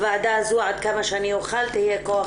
הוועדה הזו עד כמה שאני אוכל תהיה כוח